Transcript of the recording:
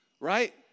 Right